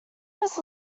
was